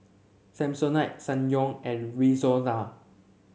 Samsonite Ssangyong and Rexona